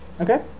Okay